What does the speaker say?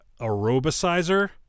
aerobicizer